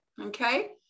okay